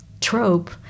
trope